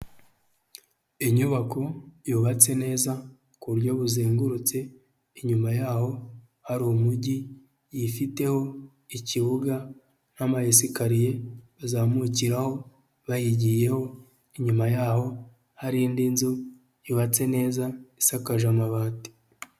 Inyubako yubatse neza ku buryo buzengurutse, inyuma yaho hari umujyi yifiteho ikibuga nk'ama esikariye bazamukiraho bayigiyeho, inyuma yaho hari indi nzu yubatse neza, isakaje amabati.